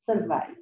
survive